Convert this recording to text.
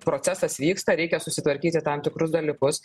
procesas vyksta reikia susitvarkyti tam tikrus dalykus